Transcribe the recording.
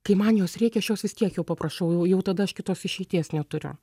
kai man jos reikia aš jos vis tiek jau paprašau jau jau tada aš kitos išeities neturiu